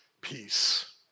peace